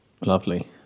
Lovely